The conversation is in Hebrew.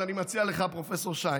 אז אני מציע לך, פרופ' שָׁיין,